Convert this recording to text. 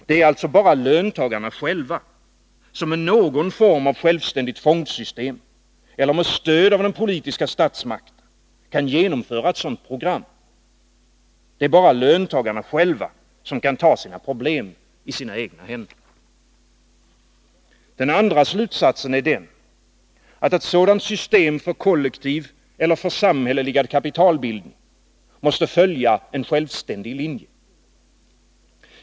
Det är alltså bara löntagarna själva som, med någon form av självständigt fondsystem och med stöd av den politiska statsmakten, kan genomföra ett sådant program. Det är bara löntagarna själva som kan ta sina problem i sina egna händer. Den andra slutsatsen är att ett sådant system för kollektiv eller församhälleligad kapitalbildning måste följa en självständig linje.